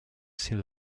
sea